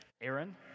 Aaron